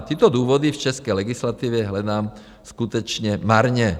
Tyto důvody v české legislativě hledám skutečně marně.